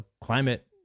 climate